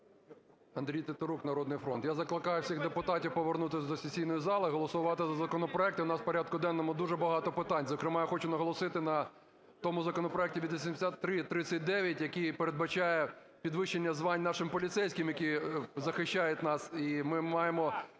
Андрій Тетерук, "Народний фронт". Я закликаю всіх депутатів повернутися до сесійної зали, голосувати за законопроект. І в нас у порядку денному дуже багато питань. Зокрема, я хочу наголосити на тому законопроекті – 8339, який передбачає підвищення звань нашим поліцейським, які захищають нас.